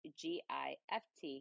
g-i-f-t